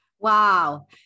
Wow